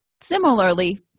similarly